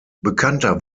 bekannter